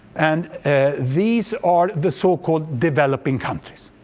and these are the so-called developing countries.